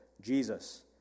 Jesus